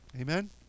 Amen